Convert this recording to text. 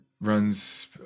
runs